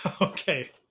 Okay